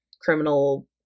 criminal